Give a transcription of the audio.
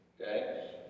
okay